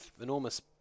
enormous